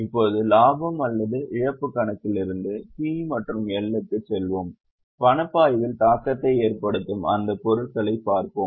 இப்போது லாபம் அல்லது இழப்புக் கணக்கிலிருந்து P மற்றும் L க்குச் செல்வோம் பணப்பாய்வில் தாக்கத்தை ஏற்படுத்தும் அந்த பொருட்களைப் பார்ப்போம்